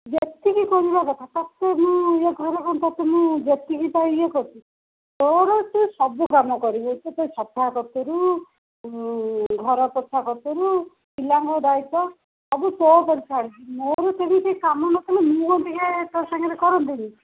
ଯେତିକି କରିବା କଥା ତୋତେ ମୁଁ ଇଏ ଘରେ କ'ଣ ତୋତେ ମୁଁ ଯେତିକି ପାଇଁ ଇଏ କରିଛି ତୋର ତୁ ସବୁ କାମ କରିବୁ ତୁ ସେ ସଫା କତିରୁ ଘର ପୋଛା କତିରୁ ପିଲାଙ୍କ ଦାୟିତ୍ୱ ସବୁ ତୋ ଉପରେ ଛାଡ଼ିଛି ମୋର ସେମିତି କାମ ନଥିଲେ ମୁଁ କ'ଣ ଟିକେ ତୋ ସାଙ୍ଗରେ କରନ୍ତିନି